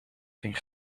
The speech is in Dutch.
ging